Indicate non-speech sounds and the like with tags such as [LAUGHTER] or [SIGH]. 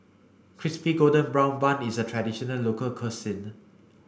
crispy golden brown bun is a traditional local [UNINTELLIGIBLE]